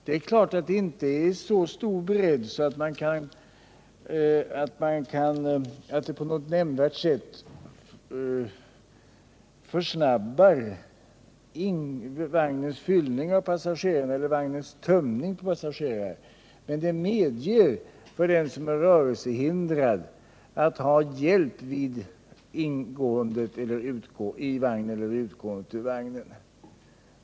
Det är klart att det inte är en så stor bredd att den på något nämnvärt sätt gör vagnarnas fyllning med eller tömning av passagerare snabbare, men den bredden medger för den som är rörelsehindrad att ha hjälp vid ingåendet i eller utgåendet ur vagnen.